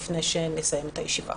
לפני שנסיים את הישיבה.